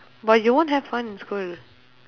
but you won't have fun in school